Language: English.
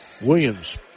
Williams